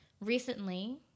recently